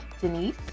Denise